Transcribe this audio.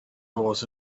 was